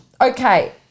Okay